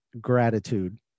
gratitude